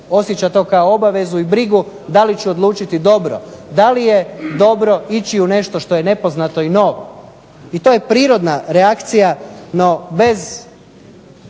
osjeća to kao obvezu i brigu da li će odlučiti dobro. Da li je dobro ići u nešto što je nepoznato i novo? I to je prirodna reakcija. No, bez